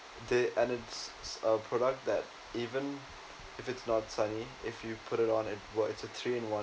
they and it's a product that even if it's not sunny if you put it on and what it's a three in one